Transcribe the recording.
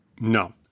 No